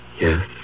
Yes